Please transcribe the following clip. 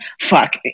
fuck